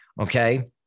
okay